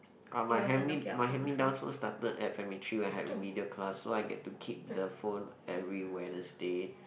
uh my hand me my hand me downs started at primary three where I had remedial class so I get to keep the phone every Wednesday